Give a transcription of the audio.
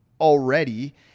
already